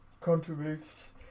contributes